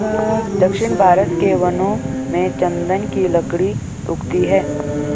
दक्षिण भारत के वनों में चन्दन की लकड़ी उगती है